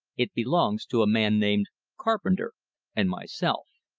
it belongs to a man named carpenter and myself.